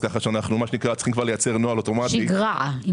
שגרע.